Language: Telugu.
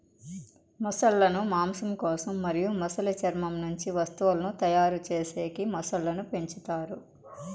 మొసళ్ళ ను మాంసం కోసం మరియు మొసలి చర్మం నుంచి వస్తువులను తయారు చేసేకి మొసళ్ళను పెంచుతారు